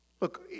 look